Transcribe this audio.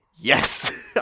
Yes